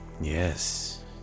Yes